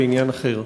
בעניין אחר.